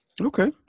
Okay